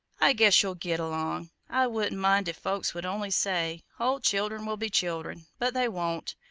i guess you'll git along. i wouldn't mind if folks would only say, oh, childern will be childern but they won't.